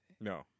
no